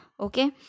okay